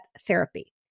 therapy